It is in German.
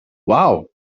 wow